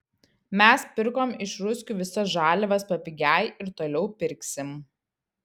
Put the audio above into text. mes pirkom iš ruskių visas žaliavas papigiai ir toliau pirksim